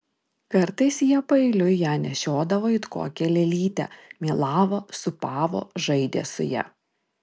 kartais jie paeiliui ją nešiodavo it kokią lėlytę mylavo sūpavo žaidė su ja